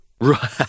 right